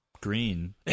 green